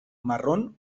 marrón